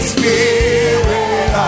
Spirit